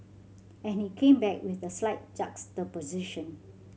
and he came back with a slight juxtaposition